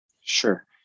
Sure